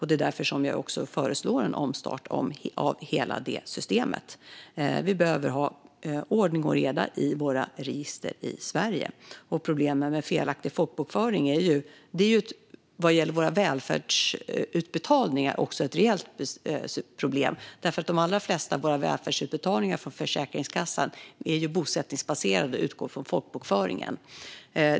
Det är därför vi föreslår en omstart av hela det systemet. Vi behöver ha ordning och reda i våra register i Sverige. Problemen med felaktig folkbokföring är ett reellt problem också vad gäller våra välfärdsutbetalningar, för de allra flesta välfärdsutbetalningar från Försäkringskassan är bosättningsbaserade och utgår från folkbokföringen.